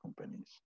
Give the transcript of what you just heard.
companies